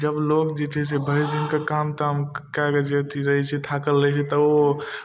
जब लोक जे छै से भरिदिनके काम ताम कऽ कऽ जे अथी रहै छै थाकल रहै छै तऽ ओ